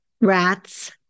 rats